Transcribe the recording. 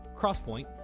crosspoint